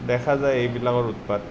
দেখা যায় এইবিলাকৰ উৎপাত